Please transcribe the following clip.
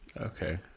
okay